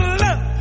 love